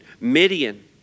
Midian